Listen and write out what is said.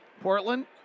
Portland